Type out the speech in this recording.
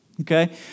okay